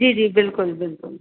جی جی بالکل بالکل